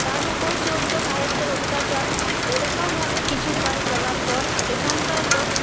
তার উপর চলতো সাহেবদের অত্যাচার এরকমভাবে কিছু কাল চলার পর এখানকার লোক